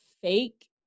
fake